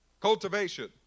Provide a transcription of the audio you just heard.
cultivation